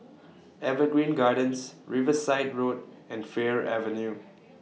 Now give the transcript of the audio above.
Evergreen Gardens Riverside Road and Fir Avenue